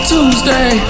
Tuesday